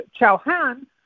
Chauhan